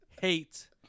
hate